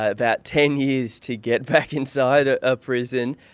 ah about ten years to get back inside a ah prison.